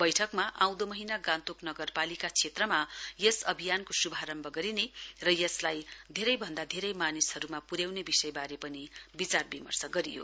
बैठकमा आउँदो महीना गान्तोक नगरपालिका क्षेत्रमा यस अभियानको श्भारम्भ गरिने र यसलाई धेरै भन्दा धेरै मानिसहरूमा प्र्याउने विषयबारे पनि विचारविर्मश गरियो